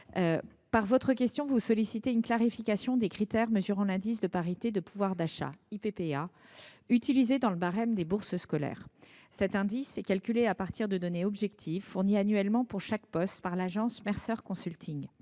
Par votre question, vous sollicitez une clarification des critères mesurant l’indice de parité de pouvoir d’achat, l’Ippa, utilisé dans le barème des bourses scolaires. Cet indice est calculé à partir de données objectives fournies annuellement pour chaque poste par l’agence Mercer Consulting.